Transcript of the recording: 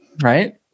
right